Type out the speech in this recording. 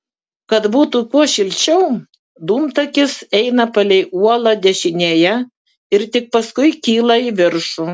kad būtų kuo šilčiau dūmtakis eina palei uolą dešinėje ir tik paskui kyla į viršų